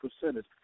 percentage